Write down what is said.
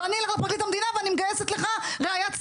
ואני הולכת לפרקליט המדינה ומגייסת לך ראיית סיוע,